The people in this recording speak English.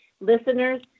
Listeners